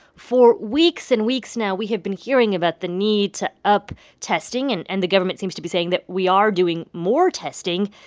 for weeks and weeks now, we have been hearing about the need to up testing, and and the government seems to be saying that we are doing more testing.